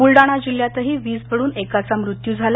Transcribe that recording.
बुलडाणा जिल्ह्यातही वीज पडून एकाचा मृत्यू झाला